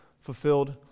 fulfilled